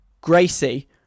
Gracie